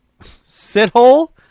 Sithole